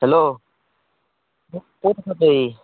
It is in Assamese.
হেল্ল' ক'ত আছা তই